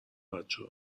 بچه